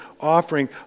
offering